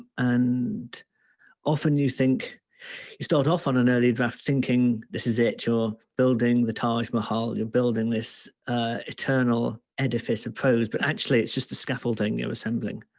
and often you think you start off on an early draft thinking this is it, you're building the taj mahal. you're building this eternal edifice oppose, but actually it's just a scaffolding you're assembling.